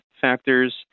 factors